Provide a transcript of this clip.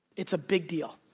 it's a big deal.